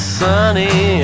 sunny